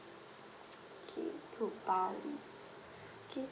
okay to bali okay